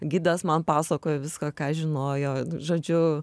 gidas man pasakojo viską ką žinojo žodžiu